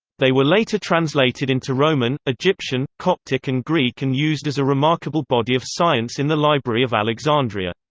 they were later translated into roman, egyptian, coptic and greek and used as a remarkable body of science in the library of alexandria.